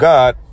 God